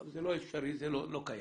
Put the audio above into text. זה לא אפשרי, זה לא קיים.